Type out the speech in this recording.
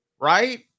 right